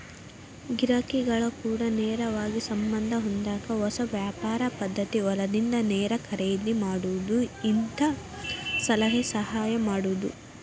ಗಿರಾಕಿಗಳ ಕೂಡ ನೇರವಾಗಿ ಸಂಬಂದ ಹೊಂದಾಕ ಹೊಸ ವ್ಯಾಪಾರ ಪದ್ದತಿ ಹೊಲದಿಂದ ನೇರ ಖರೇದಿ ಮಾಡುದು ಹಿಂತಾ ಸಲಹೆ ಸಹಾಯ ಮಾಡುದು